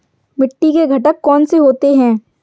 मिट्टी के घटक कौन से होते हैं?